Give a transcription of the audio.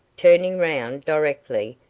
turning round directly,